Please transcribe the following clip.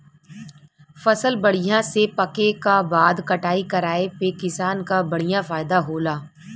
फसल बढ़िया से पके क बाद कटाई कराये पे किसान क बढ़िया फयदा होला